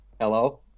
Hello